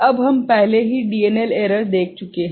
अब हम पहले ही DNL एरर देख चुके हैं